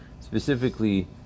specifically